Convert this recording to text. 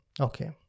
Okay